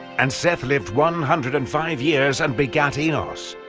and seth lived one hundred and five years and begat enos.